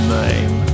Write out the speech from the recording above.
name